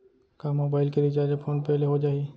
का मोबाइल के recharge phone पे ले हो जाही?